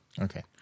Okay